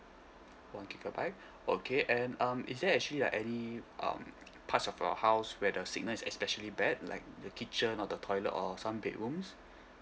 one gigabyte okay and um is there actually like any um parts of your house where your signal is especially bad like the kitchen or the toilet or some bedrooms